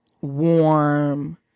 warm